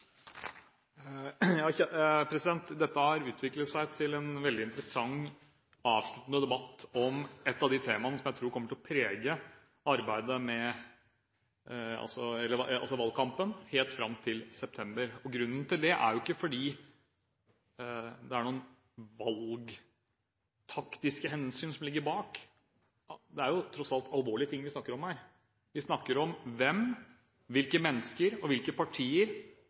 Dette har utviklet seg til en veldig interessant, avsluttende debatt om et av de temaene som jeg tror kommer til å prege valgkampen helt fram til september. Grunnen til det er ikke at det ligger noen valgtaktiske hensyn bak, det er tross alt alvorlige ting vi snakker om her. Vi snakker om hvem – hvilke mennesker og hvilke partier